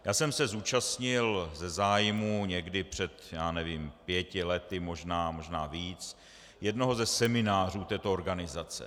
Já jsem se zúčastnil ze zájmu někdy před, nevím, pěti lety, možná víc, jednoho ze seminářů této organizace.